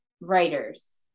writers